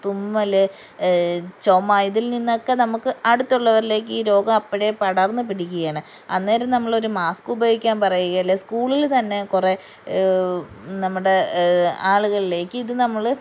തുമ്മൽ ചുമ ഇതിൽ നിന്നൊക്കെ നമുക്ക് അടുത്തുള്ളവരിലേക്ക് ഈ രോഗം അപ്പോഴേ പടർന്നുപിടിക്കുകയാണ് അന്നേരം നമ്മൾ ഒരു മാസ്ക് ഉപയോഗിക്കാൻ പറയുക അല്ലെങ്കിൽ സ്കൂളിൽ തന്നെ കുറേ നമ്മുടെ ആളുകളിലേക്ക് ഇത് നമ്മൾ